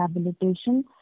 rehabilitation